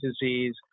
disease